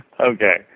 Okay